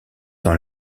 dans